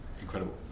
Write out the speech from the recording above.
incredible